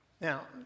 Now